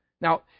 Now